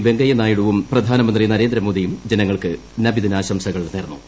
വെങ്കയ്യനായിഡുവുംപ്രധാനമന്ത്രി നരേന്ദ്രമോദിയും ജനങ്ങൾക്ക് നബിദിനാശംസകൾ നേർന്നു